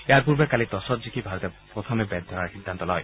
ইয়াৰ পূৰ্বে কালি টছত জিকি ভাৰতে প্ৰথমে বেট ধৰাৰ সিদ্ধান্ত লয়